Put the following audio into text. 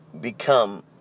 become